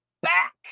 back